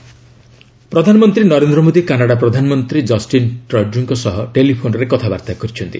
PM Canada PM ପ୍ରଧାନମନ୍ତ୍ରୀ Narendra Modi Canada ପ୍ରଧାନମନ୍ତ୍ରୀ Justin ଟ୍ରଡ୍ୟୁଙ୍କ ସହ ଟେଲିଫୋନ୍ରେ କଥାବାର୍ତ୍ତା କରିଛନ୍ତି